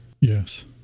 Yes